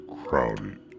crowded